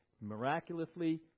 miraculously